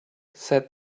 said